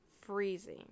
freezing